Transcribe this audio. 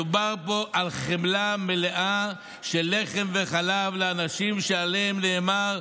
מדובר פה על חמלה מלאה של לחם וחלב לאנשים שעליהם נאמר: